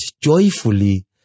joyfully